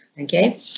Okay